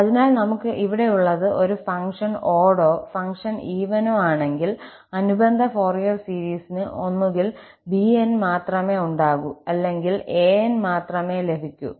അതിനാൽ നമുക്ക് ഇവിടെയുള്ളത് ഒരു ഫംഗ്ഷൻ ഓടോ ഫംഗ്ഷൻ ഈവാനോ ആണെങ്കിൽ അനുബന്ധ ഫോറിയർ സീരീസിന് ഒന്നുകിൽ bn മാത്രമേ ഉണ്ടാകൂ അല്ലെങ്കിൽ 𝑎𝑛 മാത്രമേ ഉണ്ടാകൂ